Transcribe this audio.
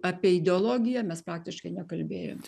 apie ideologiją mes praktiškai nekalbėjom